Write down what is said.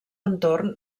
entorn